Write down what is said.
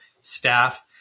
staff